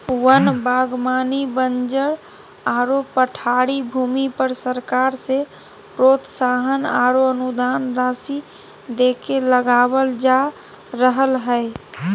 वन बागवानी बंजर आरो पठारी भूमि पर सरकार से प्रोत्साहन आरो अनुदान राशि देके लगावल जा रहल हई